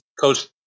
coach